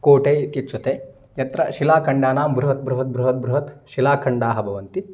कोटे इत्युच्यते यत्र शिलाखण्डानां बृहत्बृहत्बृत्बृहत्बृहत् शिलाखण्डाः भवन्ति